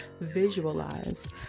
visualize